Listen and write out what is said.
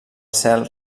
cel